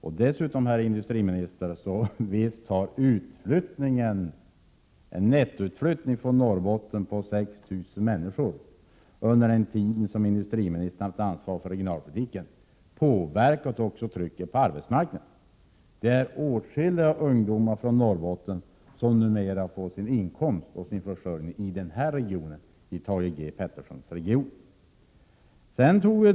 Och dessutom, herr industriminister, har naturligtvis en nettoutflyttning från Norrbotten på 6 000 personer, under den tid industriministern haft ansvar för regionalpolitiken, påverkat också trycket på arbetsmarknaden. Det är åtskilliga ungdomar från Norrbotten som numera får sin inkomst och sin försörjning i den här regionen — i Thage G Petersons region.